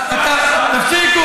מי היה ראש הממשלה?